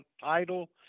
title